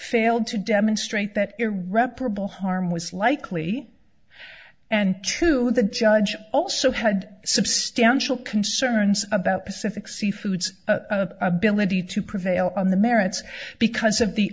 failed to demonstrate that irreparable harm was likely and to and the judge also had substantial concerns about pacific sea foods ability to prevail on the merits because of the